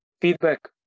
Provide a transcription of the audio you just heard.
feedback